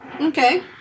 Okay